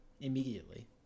immediately